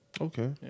Okay